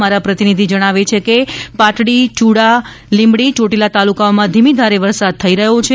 અમારા પ્રતિનિધિ જણાવે છે કે પાટડી યૂડા લીબડી યોટીલા તાલુકાઓમાં ધીમી ધારે વરસાદ થઇ રહ્યો છે